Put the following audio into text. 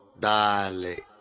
dale